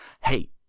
hey